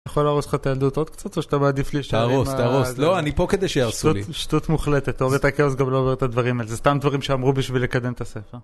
אני יכול להרוס לך את הילדות עוד קצת או שאתה מעדיף להישאר עם ה... זה? תהרוס, תהרוס, לא, אני פה כדי שיהרסו לי. שטות, שטות מוחלטת, תוריד ת'כרס גם לא אומר את הדברים האלה, זה סתם דברים שאמרו בשביל לקדם את הספר.